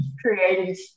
created